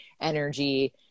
energy